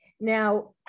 Now